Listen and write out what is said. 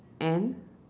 and